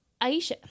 Aisha